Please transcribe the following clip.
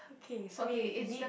okay so you have edit